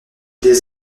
des